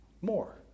more